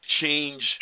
change